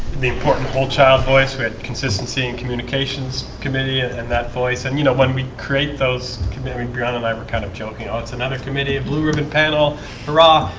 the important whole child voice with consistency and communications committee and that voice and you know when we create those committee brown and i were kind of joking. oh, it's another committee of blue ribbon panel hurrah,